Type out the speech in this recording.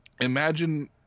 imagine